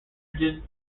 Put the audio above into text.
engine